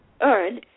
earn